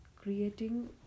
creating